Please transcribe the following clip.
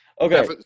Okay